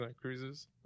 cruises